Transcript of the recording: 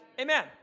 Amen